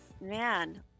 man